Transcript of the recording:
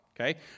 okay